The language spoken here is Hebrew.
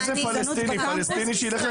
מהצד שלכם,